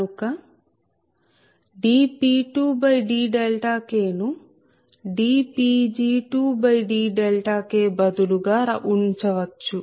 కనుక dP2dK ను dPg2dK బదులుగా ఉంచవచ్చు